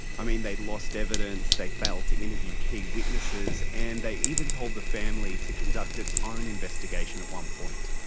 i mean they lost evidence, they failed to interview key witnesses and they even told the family to conduct its own investigation at one point.